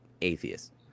atheist